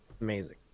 amazing